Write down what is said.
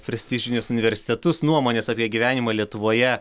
prestižinius universitetus nuomones apie gyvenimą lietuvoje